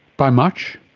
by much?